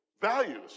values